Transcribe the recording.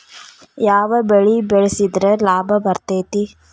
ಯಾವ ಬೆಳಿ ಬೆಳ್ಸಿದ್ರ ಲಾಭ ಬರತೇತಿ?